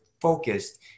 focused